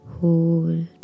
Hold